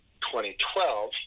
2012